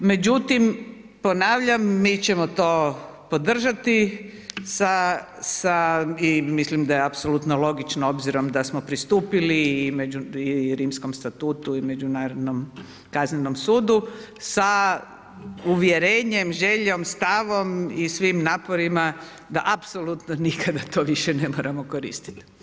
Međutim, ponavljam mi ćemo to podržati i mislim da je apsolutno logično obzirom da smo pristupili i Rimskom statutu i Međunarodnom kaznenom sudu, sa uvjerenjem, željom, stavom i svim naporima da apsolutno nikada to više ne moramo koristiti.